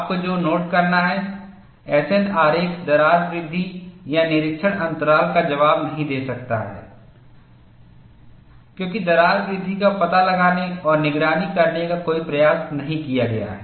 आपको जो नोट करना है एस एन आरेख दरार वृद्धि या निरीक्षण अंतराल का जवाब नहीं दे सकता है क्योंकि दरार वृद्धि का पता लगाने और निगरानी करने का कोई प्रयास नहीं किया गया है